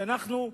שאנחנו,